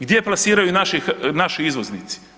Gdje plasiraju naši izvoznici?